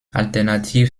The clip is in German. alternativ